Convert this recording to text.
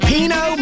Pino